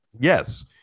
Yes